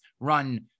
run